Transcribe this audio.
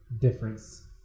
difference